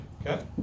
Okay